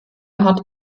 hat